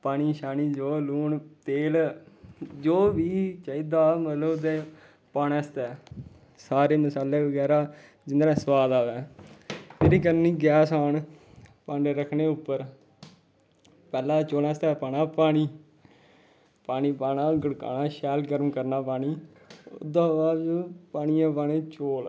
पानी शानी जो लून तेल जो बी चाहिदा मतलब ओह्दे च पाने आस्तै सारे मसाले बगैरा जिंदे नै सोआद आवै भिरी करनी गैस आन भांडे रक्खने उप्पर पैह्लें चौलें आस्तै पाना पानी पानी पाना गड़काना शैल गरम करना पानी ओह्दे बाद च पानियै च पाने चौल